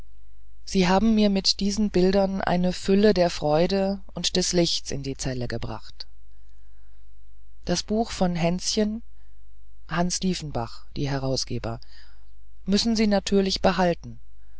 sie haben mir mit diesen bildern eine fülle der freude und des lichts in die zelle gebracht das buch von hänschen hans dieffenbach die herausgeber müssen sie natürlich behalten